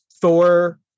Thor